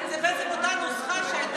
זו בעצם אותה נוסחה שהייתה,